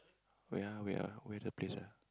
where ah where ah where the place ah